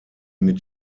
mit